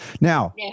Now